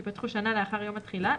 שייפתחו שנה לאחר יום התחילה,